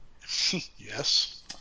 Yes